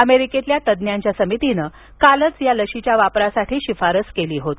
अमेरिकेतल्या तज्ज्ञांच्या समितीनं कालच या लशीच्या वापरासाठी शिफारस केली होती